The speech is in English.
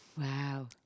Wow